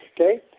Okay